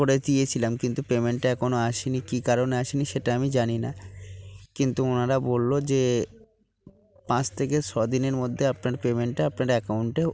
করে দিয়েছিলাম কিন্তু পেমেন্টটা এখনও আসেনি কী কারণে আসেনি সেটা আমি জানি না কিন্তু ওনারা বলল যে পাঁচ থেকে ছ দিনের মধ্যে আপনার পেমেন্টটা আপনার অ্যাকাউন্টে